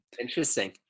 Interesting